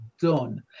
done